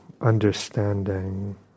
understanding